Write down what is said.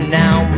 now